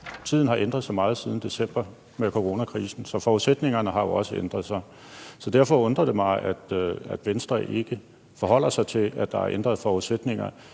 tiden har ændret sig meget siden december med coronakrisen, så forudsætningerne har jo også ændret sig. Så derfor undrer det mig, at Venstre ikke forholder sig til, at der er ændrede forudsætninger.